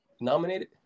nominated